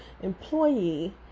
employee